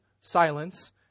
silence